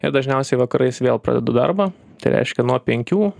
ir dažniausiai vakarais vėl pradedu darbą tai reiškia nuo penkių